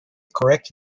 correct